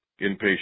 inpatient